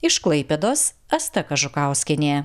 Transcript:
iš klaipėdos asta kažukauskienė